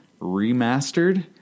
remastered